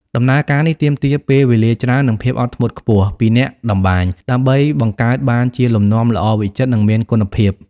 ដំណើរការនេះទាមទារពេលវេលាច្រើន និងភាពអត់ធ្មត់ខ្ពស់ពីអ្នកតម្បាញ ដើម្បីបង្កើតបានជាលំនាំល្អវិចិត្រ និងមានគុណភាព។